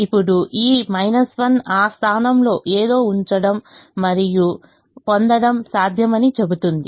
ఇప్పుడు ఈ 1 ఆ స్థానంలో ఏదో ఉంచడం మరియు పొందడం సాధ్యమని చెబుతుంది